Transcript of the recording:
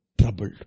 troubled